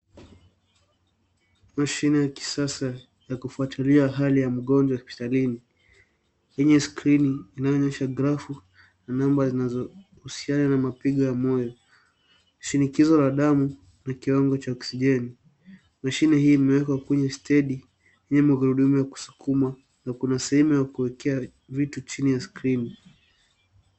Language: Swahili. Mashine ya kisasa ya kufuatilia hali ya mgonjwa hospitalini, yenye skrini inayoonyesha grafu na namba inayohusiana na mapigo ya moyo, shinikizo la damu na kiwango ya oksijeni. Mashine hii imewekwa kwenye stendi yenye magurudumu ya kusukuma na kuna sehemu ya kuwekea vitu chini ya skrini.